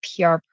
PR